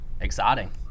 exciting